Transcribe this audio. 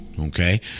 Okay